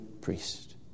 priest